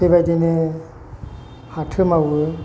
बेबायदिनो फाथो मावो